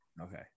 Okay